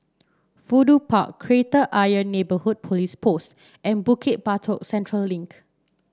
Fudu Park Kreta Ayer Neighbourhood Police Post and Bukit Batok Central Link